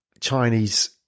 Chinese